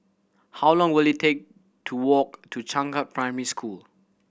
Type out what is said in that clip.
how long will it take to walk to Changkat Primary School